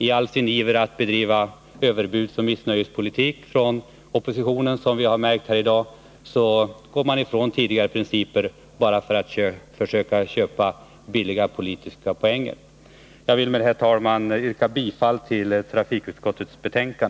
I all sin iver att bedriva överbudsoch missnöjespolitik går oppositionen, som jag har märkt här i dag, ifrån tidigare principer för att försöka skaffa sig billiga politiska poäng. Jag vill med detta, herr talman, yrka bifall till trafikutskottets hemställan.